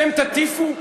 אתם תטיפו?